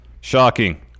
shocking